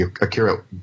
Akira